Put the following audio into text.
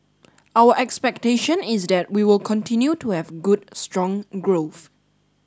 our expectation is that we will continue to have good strong growth